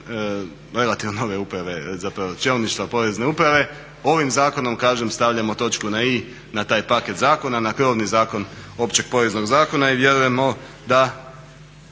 relativno nove uprave, zapravo čelništva porezne uprave. Ovim zakonom kaže stavljamo točku na i na taj paket zakona, na krovni Zakon općeg poreznog zakona i vjerujemo da